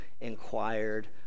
inquired